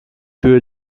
kühe